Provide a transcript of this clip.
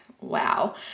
wow